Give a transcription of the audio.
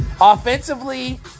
Offensively